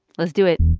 let's do it